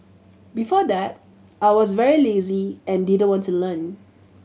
before that I was very lazy and didn't want to learn